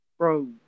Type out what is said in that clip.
Bro